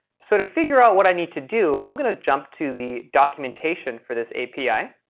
so to figure out what i need to do, i'm going to jump to the documentation for this api.